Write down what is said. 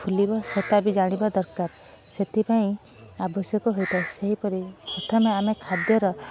ଫୁଲିବ ସେଇଟା ବି ଜାଣିବା ଦରକାର ସେଥିପାଇଁ ଆବଶ୍ୟକ ହେଉଥିବା ସେହି ପରି ପ୍ରଥମେ ଆମେ ଖାଦ୍ୟର